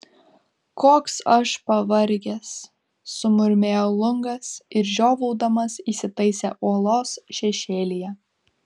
koks aš pavargęs sumurmėjo lungas ir žiovaudamas įsitaisė uolos šešėlyje